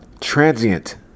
transient